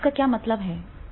इसका क्या मतलब है